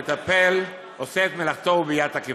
המשרד מטפל, עושה את מלאכתו, וביד תקיפה.